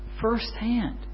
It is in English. firsthand